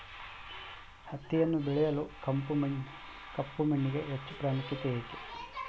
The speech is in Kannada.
ಹತ್ತಿಯನ್ನು ಬೆಳೆಯಲು ಕಪ್ಪು ಮಣ್ಣಿಗೆ ಹೆಚ್ಚು ಪ್ರಾಮುಖ್ಯತೆ ಏಕೆ?